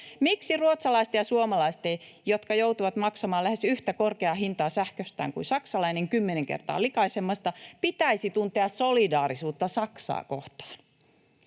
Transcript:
Miksi ruotsalaisten ja suomalaisten, jotka joutuvat maksamaan lähes yhtä korkeaa hintaa sähköstään kuin saksalainen kymmenen kertaa likaisemmasta, pitäisi tuntea solidaarisuutta Saksaa kohtaan?